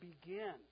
begin